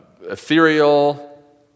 ethereal